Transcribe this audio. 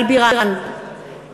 לא משתתפת בנימין בן-אליעזר, אינו נוכח